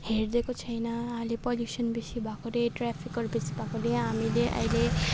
हेरिदिएको छैन आहिले पोल्युसन बेसी भएकोले ट्रेफिकहरू बेसी भएकोले हामीले आहिले